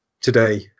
today